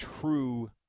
true